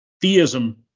theism